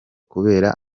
kubera